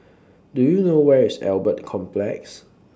Do YOU know Where IS Albert Complex